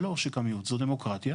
זו דמוקרטיה.